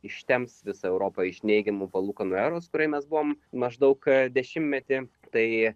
ištemps visą europą iš neigiamų palūkanų eros kurioj mes buvom maždaug dešimtmetį tai